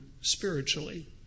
spiritually